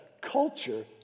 culture